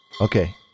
Okay